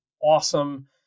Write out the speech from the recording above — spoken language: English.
awesome